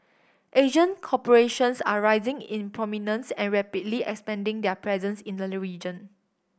Asian corporations are rising in prominence and rapidly expanding their presence in the region